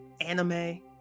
anime